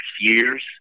years